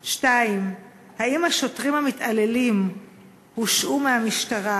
2. האם השוטרים המתעללים הושעו מהמשטרה?